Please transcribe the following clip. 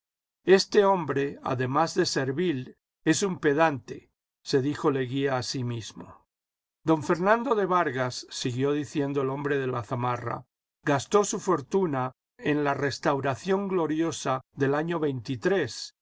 este hombre además de servil es un pedante se dijo leguía a sí mismo don fernando de vargas siguió diciendo el hombre de la zamarra gastó su fortuna en la restauración gloriosa del año